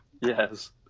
Yes